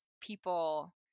people